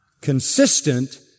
consistent